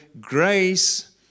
grace